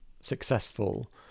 successful